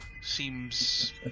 seems